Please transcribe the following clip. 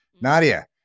Nadia